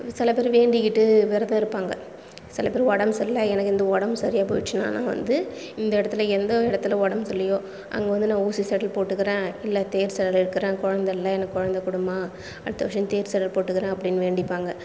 சில பேர் வேண்டிக்கிட்டு விரதம் இருப்பாங்கள் சில பேர் உடம்பு சரியில்லை எனக்கு இந்த உடம்பு சரியாகி போய்டுச்சின்னால் நான் வந்து இந்த இடத்துல எந்த இடத்துல உடம்பு சரியில்லையோ அங்கே வந்து நான் ஊசி செடல் போட்டுக்கிறேன் இல்லை தேர் செடல் இழுக்கிறேன் குழந்த இல்லை எனக்கு குழந்த கொடும்மா அடுத்த வருஷம் தேர் செடல் போட்டுக்கிறேன் அப்படின்னு வேண்டிப்பாங்கள்